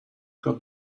got